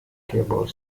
cable